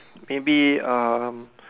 maybe um